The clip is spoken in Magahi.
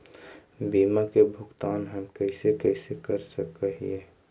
बीमा के भुगतान हम कैसे कैसे कर सक हिय?